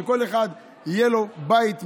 כדי שלכל אחד יהיה בית משלו,